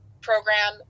program